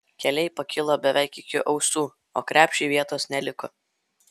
keliai pakilo beveik iki ausų o krepšiui vietos neliko